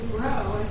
grow